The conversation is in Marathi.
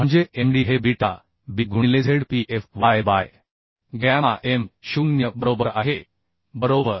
म्हणजे Md हे बीटा बी गुणिलेZpf y बाय गॅमा M 0 बरोबर आहे बरोबर